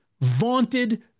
vaunted